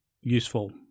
useful